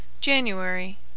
January